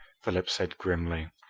philip said grimly.